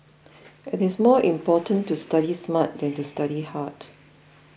it is more important to study smart than to study hard